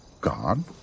God